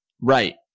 Right